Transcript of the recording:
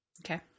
Okay